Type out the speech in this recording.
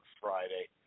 Friday